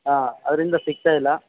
ಹಾಂ ಆದ್ರಿಂದ ಸಿಗ್ತಾ ಇಲ್ಲ